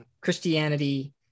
Christianity